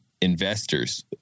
investors